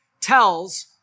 tells